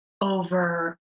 over